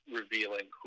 revealing